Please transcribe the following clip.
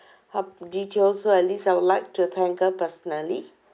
her detail so at least I would like to thank her personally